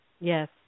Yes